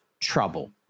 trouble